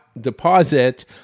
deposit